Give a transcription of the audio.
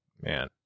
man